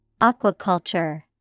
Aquaculture